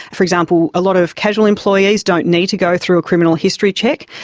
for example, a lot of casual employees don't need to go through a criminal history check.